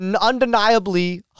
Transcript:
Undeniably